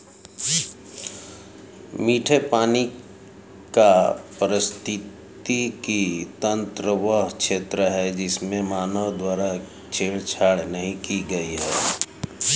मीठे पानी का पारिस्थितिकी तंत्र वह क्षेत्र है जिसमें मानव द्वारा छेड़छाड़ नहीं की गई है